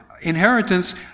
inheritance